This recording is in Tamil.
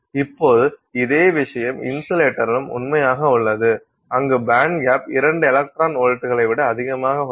இப்போது இதே விஷயம் இன்சுலேட்டரிலும் உண்மையாக உள்ளது அங்கு பேண்ட்கேப் 2 எலக்ட்ரான் வோல்ட்டுகளை விட அதிகமாக உள்ளது